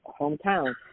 hometown